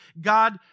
God